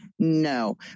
no